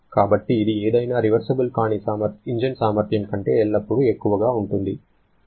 కాబట్టి ఇది ఏదైనా రివర్సబుల్ కాని ఇంజిన్ సామర్థ్యం కంటే ఎల్లప్పుడూ ఎక్కువగా ఉంటుంది 0